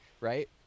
right